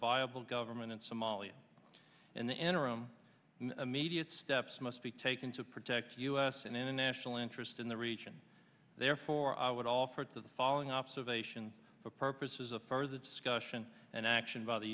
viable government in somalia in the interim immediate steps must be taken to protect u s and international interest in the region therefore i would offer to the following observations for purposes of further discussion and action by the